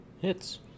Hits